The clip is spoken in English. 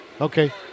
Okay